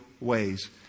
ways